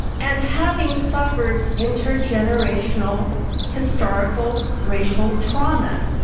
and having suffered intergenerational historical racial trauma.